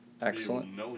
Excellent